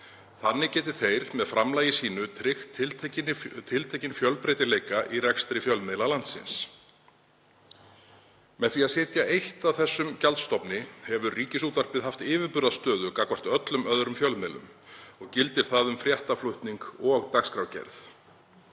Þannig geti þeir með framlagi sínu tryggt tiltekinn fjölbreytileika í rekstri fjölmiðla landsins. Með því að sitja eitt að þessum gjaldstofni hefur Ríkisútvarpið haft yfirburðastöðu gagnvart öllum öðrum fjölmiðlum, og gildir það um fréttaflutning og dagskrárgerð.